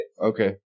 Okay